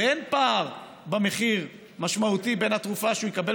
ואין פער משמעותי במחיר בין התרופה שהוא יקבל